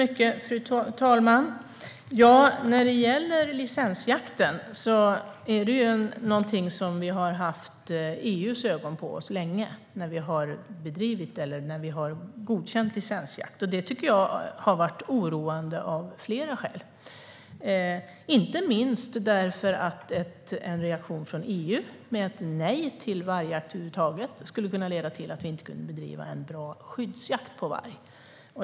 Fru talman! Vi har haft EU:s ögon på oss länge när vi har bedrivit eller godkänt licensjakt. Det tycker jag har varit oroande av flera skäl, inte minst därför att en reaktion från EU med ett nej till vargjakt över huvud taget skulle kunna leda till att vi inte kan bedriva en bra skyddsjakt på varg.